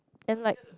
and like